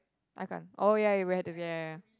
I can't oh ya you we had to yeah yeah yeah